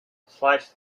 slice